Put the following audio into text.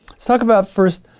talk about first,